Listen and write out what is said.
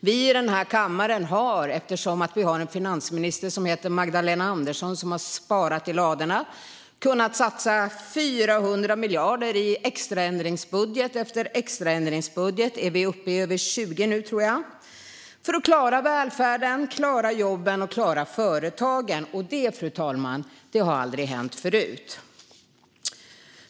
Vi i den här kammaren har, eftersom finansminister Magdalena Andersson har sparat i ladorna, kunnat satsa 400 miljarder i extraändringsbudget efter extraändringsbudget - vi är uppe i över 20 sådana nu, tror jag, - för att klara välfärden, klara jobben och klara företagen. Det, fru talman, har aldrig hänt förut.